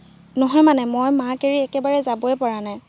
নহয় মানে মই মাক এৰি একেবাৰে যাবই পৰা নাই